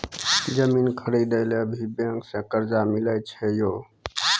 जमीन खरीदे ला भी बैंक से कर्जा मिले छै यो?